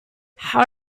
how